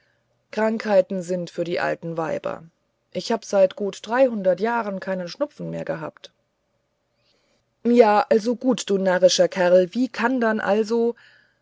krankheiten sind für die alten weiber ich hab seit gut dreihundert jahren keinen schnupfen mehr gehabt ja also gut du narrischer kerl wie kann dann also